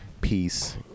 Peace